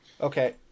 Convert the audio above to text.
Okay